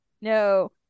No